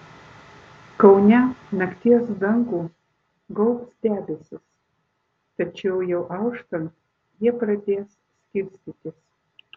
kaune nakties dangų gaubs debesys tačiau jau auštant jie pradės skirstytis